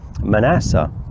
Manasseh